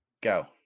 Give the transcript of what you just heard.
Go